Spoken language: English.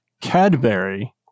Cadbury